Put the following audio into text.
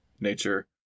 Nature